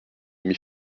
demi